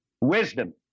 Wisdom